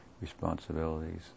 responsibilities